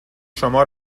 شما